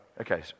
Okay